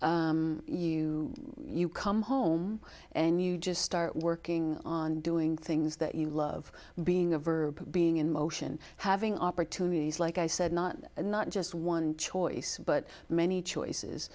where you you come home and you just start working on doing things that you love being a verb being in motion having opportunities like i said not a not just one choice but many choices